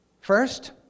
First